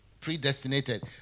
predestinated